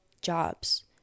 jobs